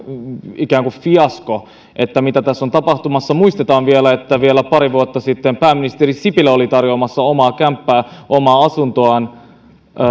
fiasko mitä tässä on tapahtumassa muistetaan että vielä pari vuotta sitten pääministeri sipilä oli tarjoamassa omaa asuntoaan